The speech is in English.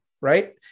right